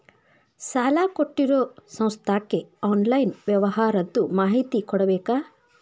ಸಾಲಾ ಕೊಟ್ಟಿರೋ ಸಂಸ್ಥಾಕ್ಕೆ ಆನ್ಲೈನ್ ವ್ಯವಹಾರದ್ದು ಮಾಹಿತಿ ಕೊಡಬೇಕಾ?